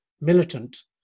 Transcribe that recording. militant